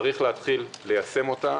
צריך להתחיל ליישם אותה.